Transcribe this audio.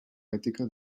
ètica